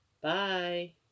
Bye